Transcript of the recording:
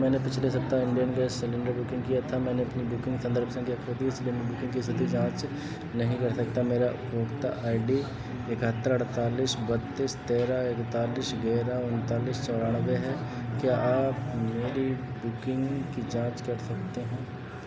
मैंने पिछले सप्ताह इंडेन गैस सिलेंडर बुकिंग किया था मैंने अपनी बुकिंग संदर्भ संख्या खो दी इसलिए मैं बुकिंग की स्थिति की जाँच नहीं कर सकता मेरी उपभोक्ता आई डी एकहत्तर अड़तालिस बत्तीस तेरह एकतालिस ग्यारह उन्तालीस चौरानवे है क्या आप मेरी बुकिंग की जाँच कर सकते हैं